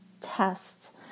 tests